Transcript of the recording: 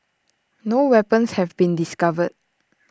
no weapons have been discovered